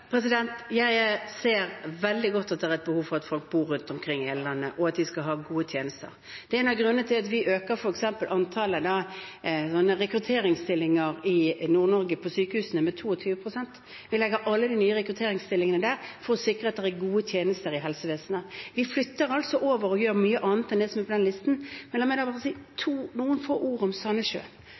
Jeg ser veldig godt at det er et behov for at folk bor rundt omkring i hele landet, og at de skal ha gode tjenester. Det er en av grunnene til at vi f.eks. øker antallet rekrutteringsstillinger på sykehusene i Nord-Norge med 22 pst. Vi legger alle de nye rekrutteringsstillingene der for å sikre at det er gode tjenester i helsevesenet. Vi flytter altså over og gjør mye annet enn det som står på den listen. Men la meg bare få si noen få ord om